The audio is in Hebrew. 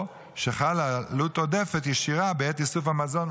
או שחלה עלות עודפת ישירה בעת איסוף המזון,